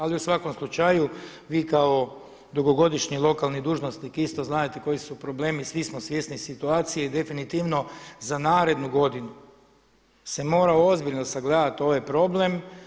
Ali u svakom slučaju vi kao dugogodišnji lokalni dužnosnik isto znadete koji su problemi, svi smo svjesni situacije i definitivno za narednu godinu se mora ozbiljno sagledati ovaj problem.